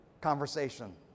conversation